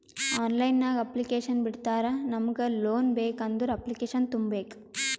online ನಾಗ್ application ಬಿಡ್ತಾರಾ ನಮುಗ್ ಲೋನ್ ಬೇಕ್ ಅಂದುರ್ ಅಪ್ಲಿಕೇಶನ್ ತುಂಬೇಕ್